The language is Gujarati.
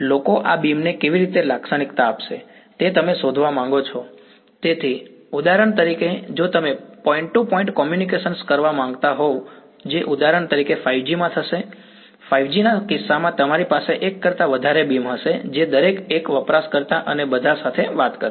લોકો આ બીમ ને કેવી રીતે લાક્ષણિકતા આપે છે તે તમે શોધવા માંગો છો તેથી ઉદાહરણ તરીકે જો તમે પોઈન્ટ ટુ પોઈન્ટ કોમ્યુનિકેશન કરવા માંગતા હોવ જે ઉદાહરણ તરીકે 5G માં થશે 5G ના કિસ્સામાં તમારી પાસે એક કરતા વધારે બીમ હશે જે દરેક એક વપરાશકર્તા અને બધા સાથે વાત કરશે